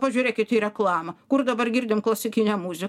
pažiūrėkit į reklamą kur dabar girdim klasikinę muzi